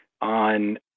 on